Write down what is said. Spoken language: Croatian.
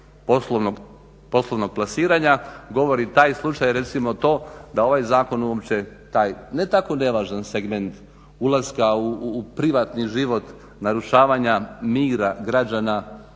poslovnog plasiranja govori taj slučaj recimo to da ovaj zakon uopće taj ne tako nevažan segment ulaska u privatni život narušavanja mira građana